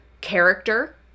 character